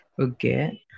Okay